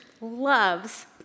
loves